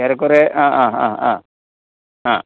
ഏറെക്കുറെ ആ ആ ആ ആ ആ